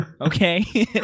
Okay